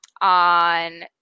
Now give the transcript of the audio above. on